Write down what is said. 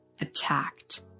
attacked